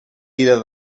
ira